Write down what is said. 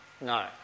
No